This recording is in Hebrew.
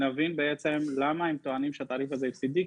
ונבין למה הם טוענים שהתעריף הזה הפסדי,